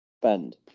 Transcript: spend